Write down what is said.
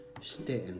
Stay